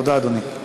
תודה, אדוני.